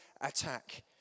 attack